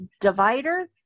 divider